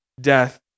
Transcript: death